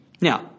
Now